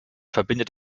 verbindet